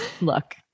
look